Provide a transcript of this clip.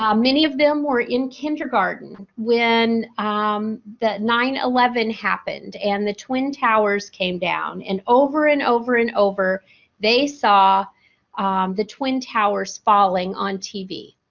um many of them were in kindergarten when um that nine eleven happened and the twin towers came down and over and over and over they saw the twin towers falling on tv.